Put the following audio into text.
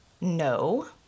No